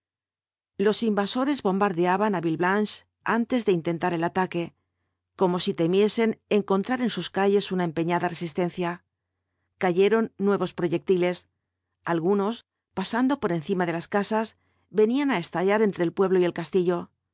los invasoi'es bombardeaban á villeblanche antes de intentar el ataque como si temiesen encontrar en sus calles una empeñada resistencia cayeron nuevos proyectiles algunos pasando por encima de las casas venían á estallar entre el pueblo y el castillo